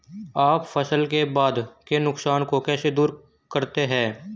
आप फसल के बाद के नुकसान को कैसे दूर करते हैं?